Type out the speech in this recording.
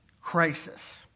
crisis